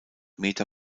meter